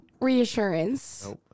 reassurance